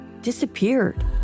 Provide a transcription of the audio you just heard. disappeared